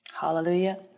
hallelujah